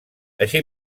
així